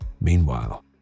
Meanwhile